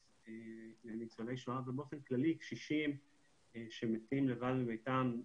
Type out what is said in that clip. בנוגע למה שהזכרת לניצולי שואה ובאופן כללי קשישים שמתים לבד בביתם.